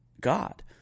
God